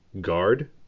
guard